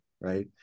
right